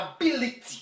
ability